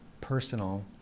personal